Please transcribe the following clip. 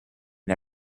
and